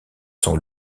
sont